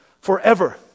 forever